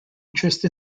interest